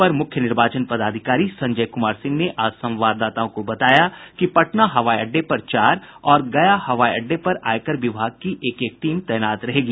अपर मुख्य निर्वाचन पदाधिकारी संजय कुमार सिंह ने आज संवाददाताओं को बताया कि पटना हवाई अड़डे पर चार और गया हवाई अड़डे पर आयकर विभाग की एक एक टीम तैनात रहेगी